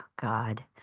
God